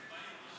להלן תוצאות